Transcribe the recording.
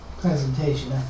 presentation